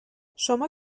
شما